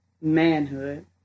manhood